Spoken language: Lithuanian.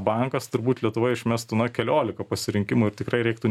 bankas turbūt lietuvoj išmestų na keliolika pasirinkimų tikrai reiktų